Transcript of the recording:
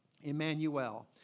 Emmanuel